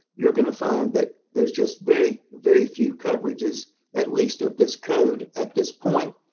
you're gonna find that there's just very, very few coverages at least of this code at this point,